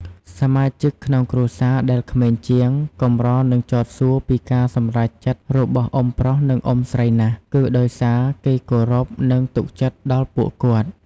សមាជិកក្នុងគ្រួសារដែលក្មេងជាង កម្រនឹងចោទសួរពីការសម្រេចចិត្តរបស់អ៊ុំប្រុស និង អ៊ុំស្រីណាស់ គឺដោយសារគេគោរព និងទុកចិត្តដល់ពួកគាត់។